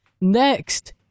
Next